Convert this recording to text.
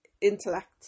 intellect